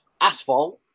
asphalt